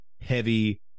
heavy